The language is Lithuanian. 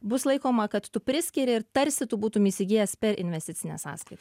bus laikoma kad tu priskiri ir tarsi tu būtum įsigijęs per investicinę sąskai